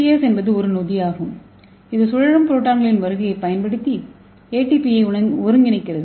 ATPase என்பது ஒரு நொதியாகும் இது சுழலும் புரோட்டான்களின் வருகையைப் பயன்படுத்தி ATP ஐ ஒருங்கிணைக்கிறது